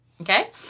Okay